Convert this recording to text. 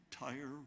entire